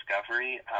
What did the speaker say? discovery